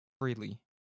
freely